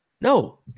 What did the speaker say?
No